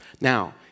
Now